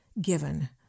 given